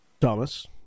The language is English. Thomas